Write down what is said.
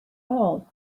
all